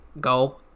go